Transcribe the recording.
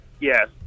yes